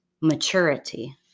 maturity